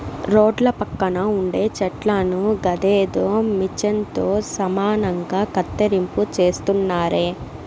రోడ్ల పక్కన ఉండే చెట్లను గదేదో మిచన్ తో సమానంగా కత్తిరింపు చేస్తున్నారే